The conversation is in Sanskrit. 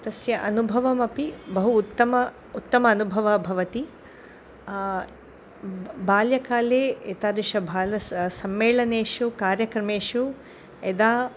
तस्य अनुभवमपि बहु उत्तमः उत्तम अनुभवः भवति ब् बाल्यकाले एतादृशबाल स सम्मेलनेषु कार्यक्रमेषु यदा